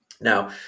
Now